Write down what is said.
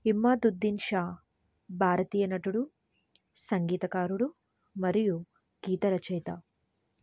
ఇమాదుద్దీన్ షా భారతీయ నటుడు సంగీతకారుడు మరియు గీత రచయిత